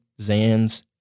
Zans